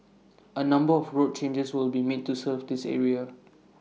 A number of road changes will be made to serve this area